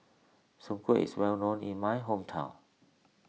Soon Kueh is well known in my hometown